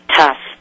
tough